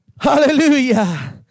Hallelujah